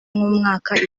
nk’umwaka